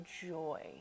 joy